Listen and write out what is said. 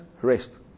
rest